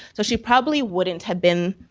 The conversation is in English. so she probably wouldn't have been